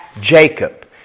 Jacob